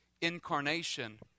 incarnation